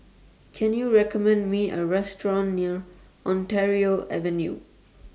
Can YOU recommend Me A Restaurant near Ontario Avenue